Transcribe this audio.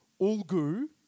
Ulgu